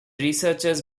researchers